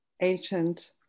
ancient